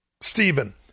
Stephen